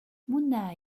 mouna